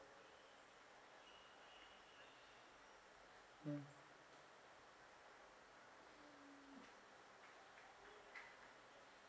mm